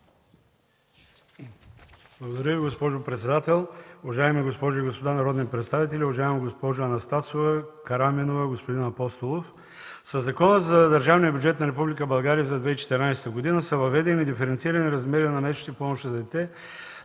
Благодаря, госпожо председател. Уважаеми госпожи и господа народни представители! Уважаема госпожо Анастасова, Караминова, господин Апостолов, със Закона за държавния бюджет на Република България за 2014 г. са въведени диференцирани размери на месечните помощи за дете